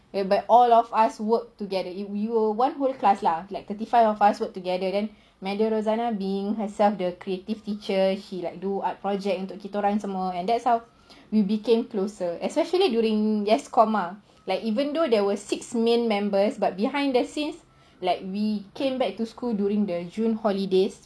whereby all of us work together you know one whole class ah like thirty five of us work together madam rosanna being herself a creative teacher she like do art project untuk kita orang semua and that's how we became closer especially during Y_E_S_C_O_M ah like even though there was six main members but behind the scenes like we came back to school during the june holidays